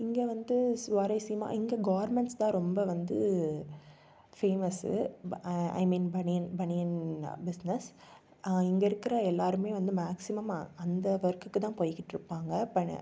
இங்கே வந்து சுவாரஸ்யமா இங்கே கார்மெண்ட்ஸ் தான் ரொம்ப வந்து famous I mean banian banian business இங்கே இருக்கிற எல்லாேருமே வந்து மேக்சிமம் அந்த ஒர்க்குக்கு தான் போயிக்கிட்டுருப்பாங்க பனிய